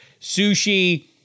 Sushi